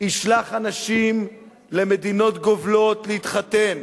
ישלח אנשים למדינות גובלות להתחתן.